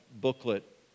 booklet